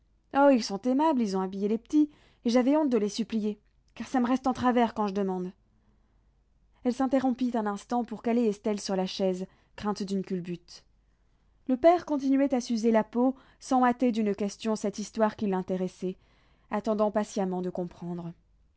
oh ils sont aimables ils ont habillé les petits et j'avais honte de les supplier car ça me reste en travers quand je demande elle s'interrompit un instant pour caler estelle sur la chaise crainte d'une culbute le père continuait à s'user la peau sans hâter d'une question cette histoire qui l'intéressait attendant patiemment de comprendre